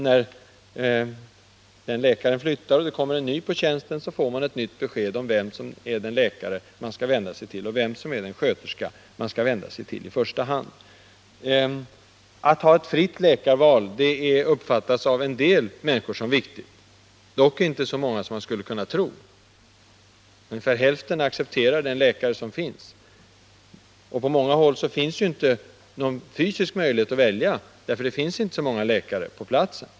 När läkaren flyttar och det kommer en ny läkare på tjänsten får patienten ett nytt besked, där det står vilken läkare och sköterska han skall vända sig till i första hand. Att ha ett fritt läkarval uppfattas av en del människor som viktigt, dock inte av så många som man skulle kunna tro. Ungefär hälften accepterar den läkare som finns. På många håll finns det inte någon fysisk möjlighet att välja läkare, därför att de är för få.